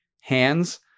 hands